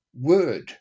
word